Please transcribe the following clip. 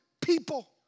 people